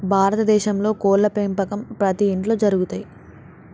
భారత దేశంలో కోడ్ల పెంపకం ప్రతి ఇంట్లో జరుగుతయ్